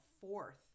fourth